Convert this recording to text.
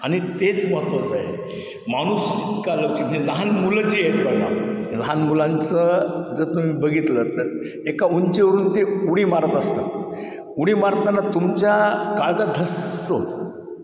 आणि तेच महत्त्वाचं आहे माणूस जितका लवचिक आणि लहान मुलं जी आहेत बघा लहान मुलांचं जर तुम्ही बघितलं तर एका उंचीवरून ते उडी मारत असतात उडी मारताना तुमच्या काळजात धस्स होतं